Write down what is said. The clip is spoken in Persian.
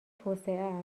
توسعه